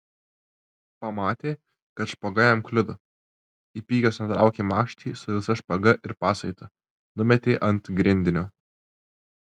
pamatė kad špaga jam kliudo įpykęs nutraukė makštį su visa špaga ir pasaitu numetė ant grindinio